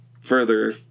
further